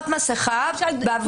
מסכה?